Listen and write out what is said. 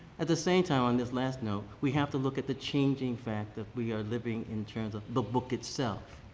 at the same time on this last note, we have to look at the changing fact of we are living in terms of the book itself.